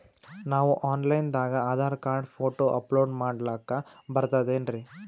ನಾವು online ದಾಗ Aadhaar card, photo upload ಮಾಡ್ಲಕ ಬರ್ತದೇನ್ರಿ?